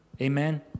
Amen